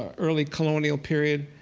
ah early colonial period,